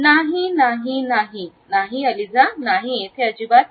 नाही नाही नाही नाही अलीझा नाही येथे अजिबात नाही